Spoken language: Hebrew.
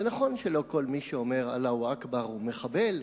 זה נכון שלא כל מי שאומר "אללה אכבר" הוא מחבל,